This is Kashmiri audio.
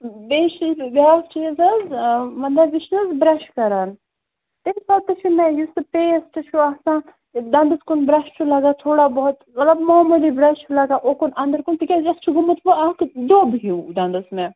بیٚیہِ چھُ یہِ بیٛاکھ چیٖز حظ مطلب یہِ چھُنا حظ برٛیش کران تَمہِ ساتہٕ تہِ چھُ حظ یُس سُہ پیسٹ چھُ آسان دنٛدَس کُن برٛیش چھُ لَگان تھوڑا بہت مطلب معموٗلی برٛیش چھُ لَگان اوٚکُن اَنٛدر کُن تِکیٛازِ یِتھ چھُ گوٚومُت سُہ اکھ دوٚب ہیٛوٗ دَنٛدس مےٚ